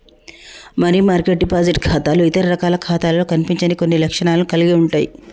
money market deposit ఖాతాలు ఇతర రకాల ఖాతాలలో కనిపించని కొన్ని లక్షణాలను కలిగి ఉంటయ్